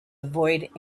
avoid